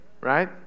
right